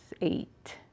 eight